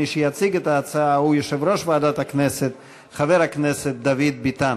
מי שיציג את ההצעה הוא יושב-ראש ועדת הכנסת חבר הכנסת דוד ביטן.